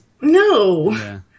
No